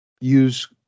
use